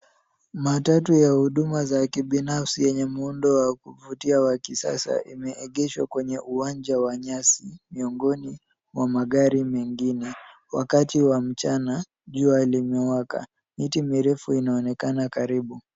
Matatu ya huduma za kibinafsi yenye muundo wa kuvutia wa kisasa imeegeshwa kwenye uwanja wa nyasi miongoni mwa magari mengine. Wakati wa mchana jua limewaka. Miti mirefu inaonekana karibu.